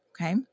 Okay